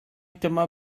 dyma